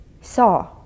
saw